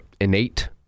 innate